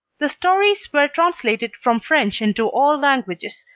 the stories were translated from french into all languages,